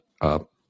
up